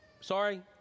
Sorry